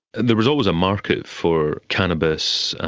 there was always a market for cannabis,